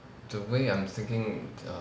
the way I'm thinking err